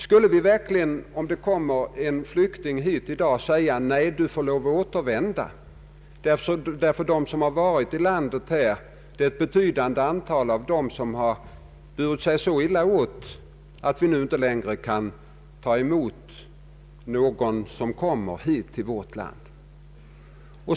Skulle vi verkligen säga till en flykting som kommer hit i dag att han måste återvända därför att ett betydande antal personer av den kategori han tillhör har burit sig illa åt under vistelsen här i landet?